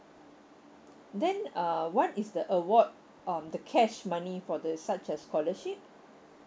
then uh what is the award um the cash money for the such a scholarship